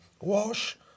wash